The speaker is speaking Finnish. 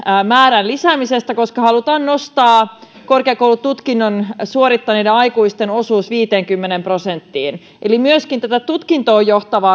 määrän lisäämisestä koska halutaan nostaa korkeakoulututkinnon suorittaneiden aikuisten osuus viiteenkymmeneen prosenttiin eli myöskin tätä tutkintoon johtavaa